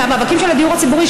במאבקים של הדיור הציבורי,